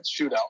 shootout